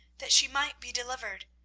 that she might be delivered,